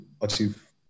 achieve